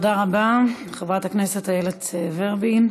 תודה רבה לחברת הכנסת איילת ורבין.